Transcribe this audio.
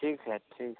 ठीक है ठीक है